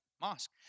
mosque